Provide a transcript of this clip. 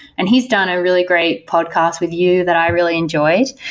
and he's done a really great podcast with you that i really enjoyed.